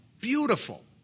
Beautiful